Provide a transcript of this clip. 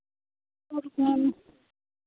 और क्या